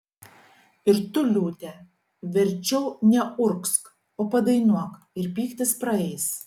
ir tu liūte verčiau neurgzk o padainuok ir pyktis praeis